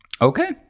Okay